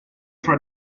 for